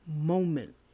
moment